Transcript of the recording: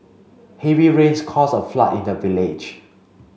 heavy rains caused a flood in the village